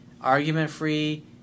argument-free